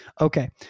Okay